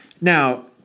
Now